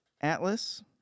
Atlas